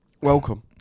Welcome